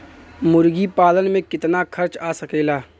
मुर्गी पालन में कितना खर्च आ सकेला?